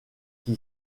qui